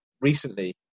Recently